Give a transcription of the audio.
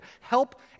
help